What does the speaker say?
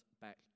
back